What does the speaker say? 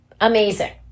amazing